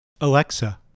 Alexa